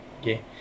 okay